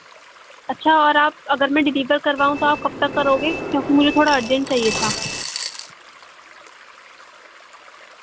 اچھا اور آپ اگر میں ڈیلیور کرواؤں تو آپ کب تک کرو گے کیونکہ مجھے تھوڑا ارجینٹ چاہیے تھا